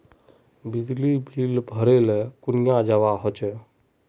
बिजली बिल भरले कुनियाँ जवा होचे?